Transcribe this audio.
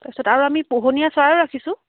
তাৰ পিছত আৰু আমি পোহনীয়া চৰাইও ৰাখছোঁ